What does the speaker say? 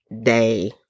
day